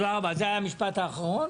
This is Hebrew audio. יצא לנו לדבר על זה טיפה בדיון הקודם שלנו,